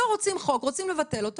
לא רוצים חוק, רוצים לבטל אותו?